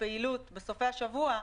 -- לפעילות בסופי השבוע.